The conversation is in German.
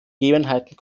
gegebenheiten